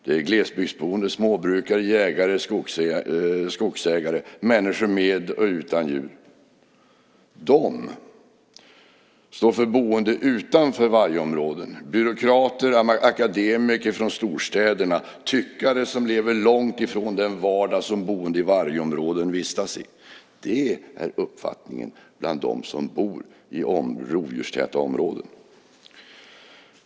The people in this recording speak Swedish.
Det är glesbygdsboende småbrukare, jägare, skogsägare, människor med och utan djur. "De" står för boende utanför vargområden, byråkrater, akademiker från storstäderna, tyckare som lever långt ifrån den vardag som boende i vargområden vistas i. Det är uppfattningen bland dem som bor i rovdjurstäta områden.